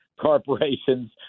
corporations